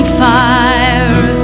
fire